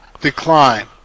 decline